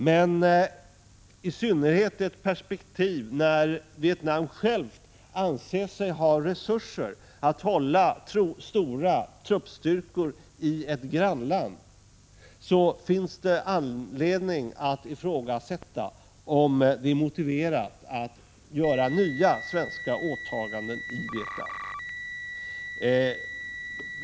Men i synnerhet i en situation när Vietnam självt anser sig ha resurser att hålla stora truppstyrkor i ett grannland finns det anledning att ifrågasätta om det är motiverat att göra nya svenska åtaganden i Vietnam.